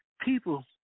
people